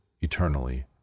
eternally